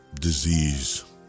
disease